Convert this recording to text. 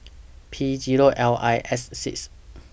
P Zero L I S six